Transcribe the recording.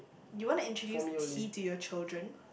you want to introduce tea to your children